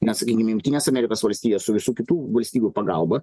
nes sakykim jungtinės amerikos valstijos su visų kitų valstybių pagalba